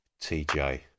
TJ